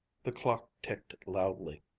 the clock ticked loudly.